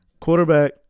quarterback